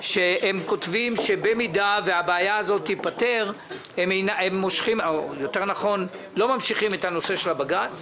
שכותבים שאם הבעיה הזאת תיפתר הם לא ימשיכו את העתירה לבג"ץ.